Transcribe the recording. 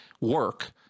work